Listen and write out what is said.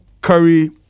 Curry